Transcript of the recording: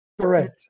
Correct